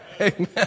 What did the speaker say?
Amen